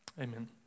Amen